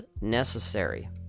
necessary